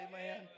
amen